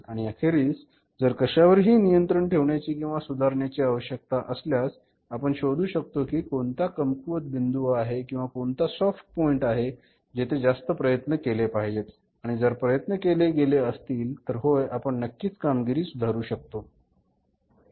आणि अखेरीस जर कशावरही नियंत्रण ठेवण्याची किंवा सुधारण्याची आवश्यकता असल्यास आपण शोधू शकतो की कोणता कमकुवत बिंदू आहे किंवा कोणता सॉफ्ट पॉइंट आहे जेथे जास्त प्रयत्न केले पाहिजेत आणि जर प्रयत्न केले गेले असतील तर होय आपण नक्कीच कामगिरी सुधारू शकतो